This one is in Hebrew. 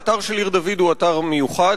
האתר של עיר-דוד הוא אתר מיוחד,